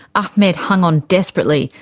ahmed hung on desperately,